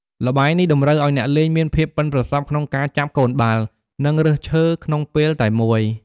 ល្បែងនេះតម្រូវឲ្យអ្នកលេងមានភាពប៉ិនប្រសប់ក្នុងការចាប់កូនបាល់ និងរើសឈើក្នុងពេលតែមួយ។